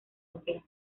ópera